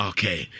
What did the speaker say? Okay